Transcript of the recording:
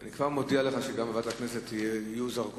אני כבר מודיע לך שגם בוועדת הכנסת יהיו זרקורים,